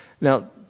Now